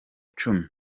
cumi